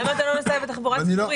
למה אתה לא נוסע בתחבורה ציבורית?